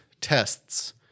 tests